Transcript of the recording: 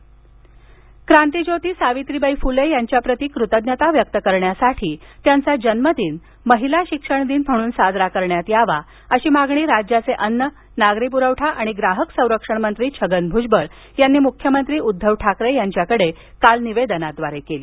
भजबळ मागणी क्रांतीज्योती सावित्रीबाई फुले यांच्या प्रती कृतज्ञता व्यक्त करण्यासाठी त्यांचा जन्मदिन महिला शिक्षण दिन म्हणून साजरा करण्यात यावा अशी मागणी राज्याचे अन्न नागरी प्रवठा आणि ग्राहक संरक्षणमंत्री छगन भूजबळ यांनी मुख्यमंत्री उध्दव ठाकरे यांच्याकडे काल निवेदनाद्वारे केली